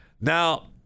now